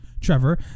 Trevor